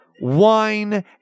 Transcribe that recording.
wine